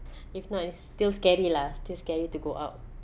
if not it's still scary lah still scary to go out